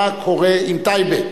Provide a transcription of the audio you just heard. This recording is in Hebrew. מה קורה עם טייבה,